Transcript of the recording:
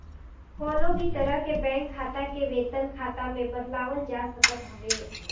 कवनो भी तरह के बैंक खाता के वेतन खाता में बदलवावल जा सकत हवे